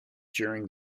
during